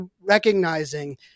recognizing